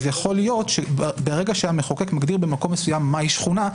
אז יכול להיות שברגע שהמחוקק מגדיר במקום מסוים מהי שכונה,